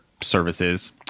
services